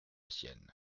sienne